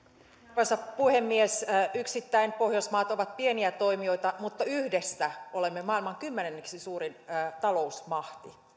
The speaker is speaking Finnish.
arvoisa puhemies yksittäin pohjoismaat ovat pieniä toimijoita mutta yhdessä olemme maailman kymmenenneksi suurin talousmahti